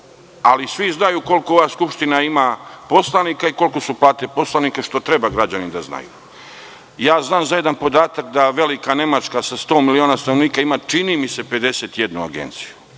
a svi znaju koliko Skupština ima poslanika i kolike su plate poslanika, što i treba građani da znaju. Znam za jedan podatak, da velika Nemačka sa 100 miliona stanovnika ima, čini mi se, 51 agenciju,